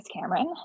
Cameron